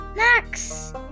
Max